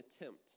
attempt